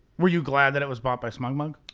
were you glad that it was bought by smugmug?